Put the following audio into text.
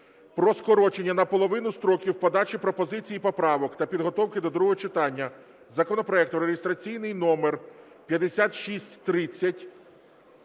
про скорочення наполовину строків подачі пропозицій і поправок та підготовки до другого читання законопроекту реєстраційний номер 5630:–